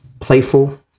playful